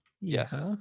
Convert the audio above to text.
Yes